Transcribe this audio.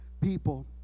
people